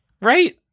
Right